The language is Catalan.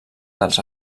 dels